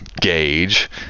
gauge